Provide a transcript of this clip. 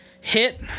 hit